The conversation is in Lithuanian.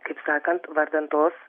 kaip sakant vardan tos